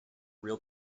real